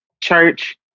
church